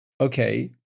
okay